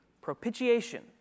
propitiation